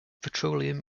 petroleum